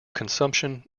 consumption